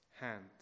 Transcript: hand